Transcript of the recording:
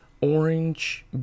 orange